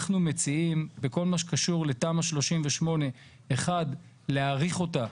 אנחנו מציעים בכל מה שקשור לתמ"א 38 להאריך אותה.